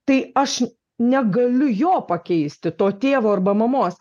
tai aš negaliu jo pakeisti to tėvo arba mamos